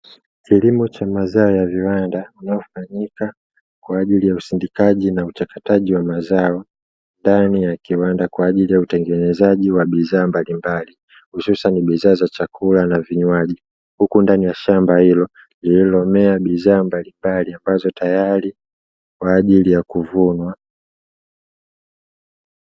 Kilimo cha mazao ya viwanda inayofanyika kwa ajili ya usindikaji na uchakataji wa mazao, ndani ya kiwanda kwa ajili ya utengenezaji wa bidhaa mbalimbali hususan bidhaa za chakula na vinywaji, huku ndani ya shamba hilo lililomea bidhaa mbalimbali ambazo tayari kwa ajili ya kuvunwa.